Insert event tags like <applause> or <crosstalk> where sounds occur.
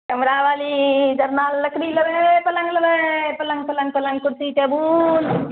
<unintelligible> जरना लकड़ी लेबय पलङ्ग लेबय पलङ्ग पलङ्ग पलङ्ग कुर्सी टेबुल